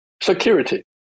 security